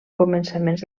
començaments